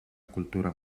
cultura